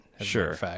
Sure